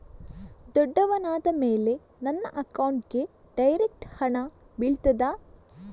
ದೊಡ್ಡವನಾದ ಮೇಲೆ ನನ್ನ ಅಕೌಂಟ್ಗೆ ಡೈರೆಕ್ಟ್ ಹಣ ಬೀಳ್ತದಾ?